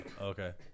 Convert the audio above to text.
Okay